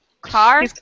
car